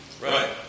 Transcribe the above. Right